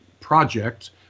project